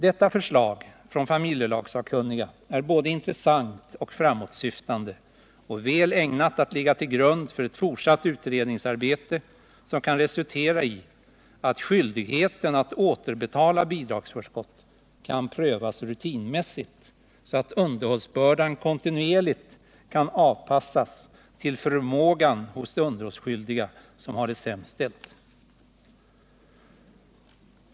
Detta förslag från familjelagssakkunniga är både intressant och framåtsyftande och väl ägnat att ligga till grund för ett fortsatt utredningsarbete som kan resultera i att skyldigheten att återbetala bidragsförskott kan prövas rutinmässigt så att underhållsbördan kontinuerligt avpassas till förmågan hos de underhållsskyldiga som har det sämst ställt.